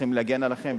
צריכים להגן עליכם,